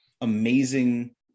amazing